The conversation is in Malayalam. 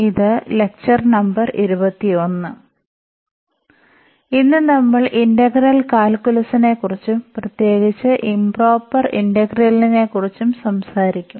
ഇതു ലെക്ചർ നമ്പർ 21 ഇന്ന് നമ്മൾ ഇന്റഗ്രൽ കാൽക്കുലസിനെക്കുറിച്ചും പ്രത്യേകിച്ച് ഇംപ്റോപർ ഇന്റഗ്രലുകളക്കുറിച്ചും സംസാരിക്കും